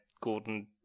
Gordon